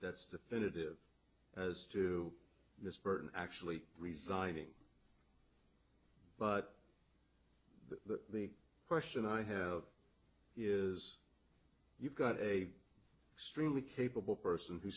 that's definitive as to miss burton actually resigning but the question i have is you've got a extremely capable person who